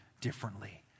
differently